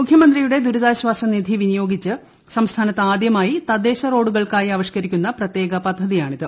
മുഖ്യമന്ത്രിയുടെ ദുരിതാശ്വാസ നിധി വിനിയോഗിച്ച് സംസ്ഥാനത്ത് ആദ്യമായി തദ്ദേശ റോഡുകൾക്കായി ആവിഷ്കരിക്കുന്ന പ്രത്യേക പദ്ധതിയാണിത്